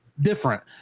different